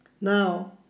Now